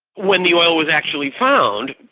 when the oil was actually found,